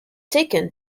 taken